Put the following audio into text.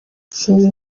sinzi